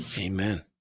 Amen